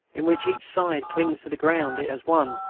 in which each side clings to the ground it has won,